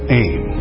aim